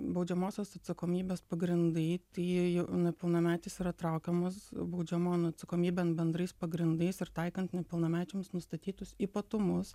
baudžiamosios atsakomybės pagrindai tai nepilnametis yra traukiamas baudžiamojon atsakomybėn bendrais pagrindais ir taikant nepilnamečiams nustatytus ypatumus